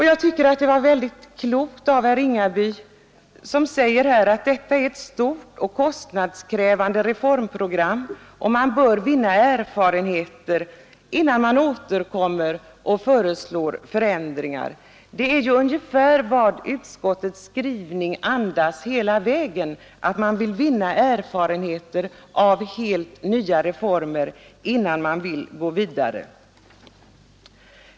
Jag tycker att detta var mycket klokt av herr Ringaby, som säger att det gäller ett stort och kostnadskrävande reformprogram och att man bör vinna erfarenheter av detta innan man återkommer och föreslår förändringar i det. Det är ungefär samma inställning som den som utskottets skrivning genomgående andas, nämligen att man bör vinna erfarenheter innan man går vidare.